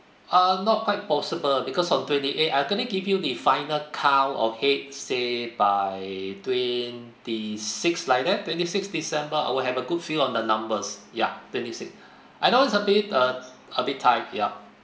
uh not quite possible because of twenty eighth I going to give you the final count of head say by twenty sixth like that twenty sixth december I will have a good feel on the numbers ya twenty sixth I know it's a bit uh a bit tight ya